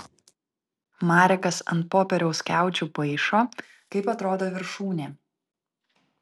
marekas ant popieriaus skiaučių paišo kaip atrodo viršūnė